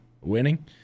winning